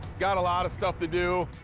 got a lot of stuff to do.